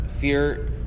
Fear